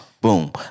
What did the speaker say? Boom